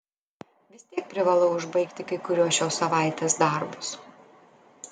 vis tiek privalau užbaigti kai kuriuos šios savaitės darbus